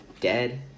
dead